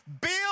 Build